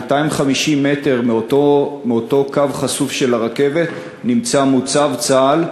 250 מטר מאותו קו חשוף של הרכבת נמצא מוצב צה"ל,